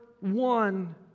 one